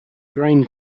drain